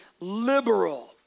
liberal